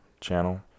channel